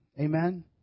Amen